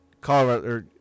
Colorado